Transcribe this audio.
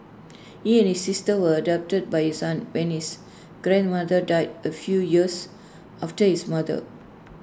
he and sister were adopted by his aunt when his grandmother died A few years after his mother